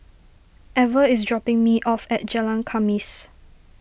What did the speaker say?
Ever is dropping me off at Jalan Khamis